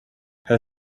her